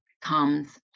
comes